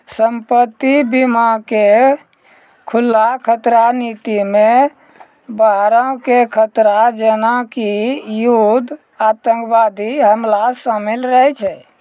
संपत्ति बीमा के खुल्ला खतरा नीति मे बाहरो के खतरा जेना कि युद्ध आतंकबादी हमला शामिल रहै छै